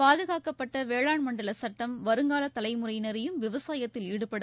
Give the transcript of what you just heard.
பாதுகாக்கப்பட்ட வேளாண் மண்டல சுட்டம் வருங்கால தலைமுறையினரையும் விவசாயத்தில் ஈடுபட